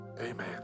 Amen